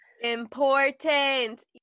important